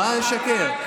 מה לשקר?